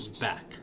back